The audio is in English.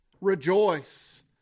Rejoice